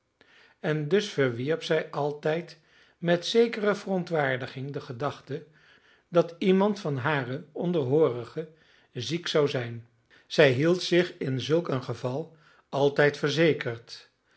en dus verwierp zij altijd met zekere verontwaardiging de gedachte dat iemand van hare onderhoorigen ziek zou zijn zij hield zich in zulk een geval altijd verzekerd